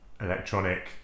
Electronic